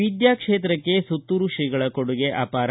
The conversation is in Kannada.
ವಿದ್ವಾಕ್ಷೇತ್ರಕ್ಕೆ ಸುತ್ತೂರು ತ್ರೀಗಳ ಕೊಡುಗೆ ಅಪಾರ